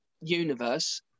universe